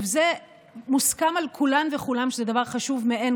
זה מוסכם על כולם וכולן שזה דבר חשוב מאין